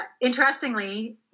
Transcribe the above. interestingly